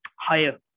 higher